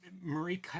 Marie